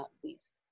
please